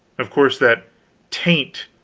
of course that taint,